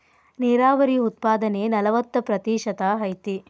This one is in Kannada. ನೇರಾವರಿ ಉತ್ಪಾದನೆ ನಲವತ್ತ ಪ್ರತಿಶತಾ ಐತಿ